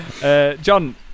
John